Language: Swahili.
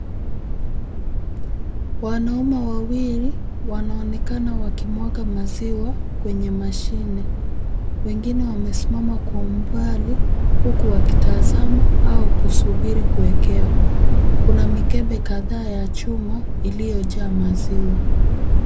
Wanaume wawili, wanaonekana wakimwaga maziwa kwenye mashine. Wengine wamesimama kwa umbali, huku wakitazama au kusubiri kuwekewa. Kuna mikebe kadhaa ya chuma iliyojaa maziwa.